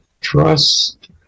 trust